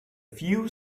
few